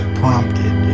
prompted